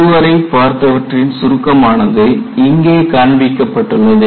இதுவரை பார்த்தவற்றின் சுருக்கமானது இங்கே காண்பிக்கப்பட்டுள்ளது